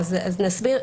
להתייחסויות.